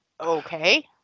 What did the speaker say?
Okay